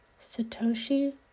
Satoshi